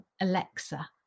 Alexa